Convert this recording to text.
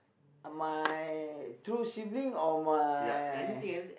my true sibling or my